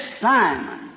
Simon